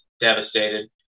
devastated